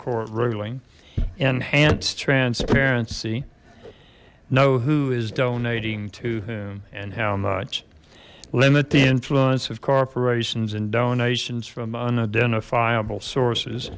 court ruling enhanced transparency know who is donating to whom and how much limit the influence of corporations and donations from unidentifiable sources